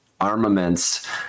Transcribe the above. armaments